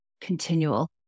continual